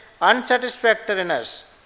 unsatisfactoriness